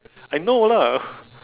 I know lah